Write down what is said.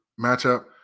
matchup